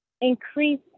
Increase